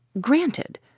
Granted